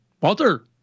Walter